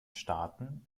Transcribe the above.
staaten